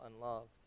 unloved